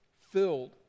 filled